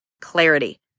clarity